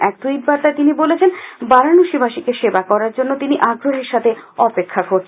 এক ট্যুইট বার্তায় তিনি বলেছেন বারানসীবাসীকে সেবা করার জন্য তিনি আগ্রহের সাথে অপেক্ষা কর্নচ্ছেন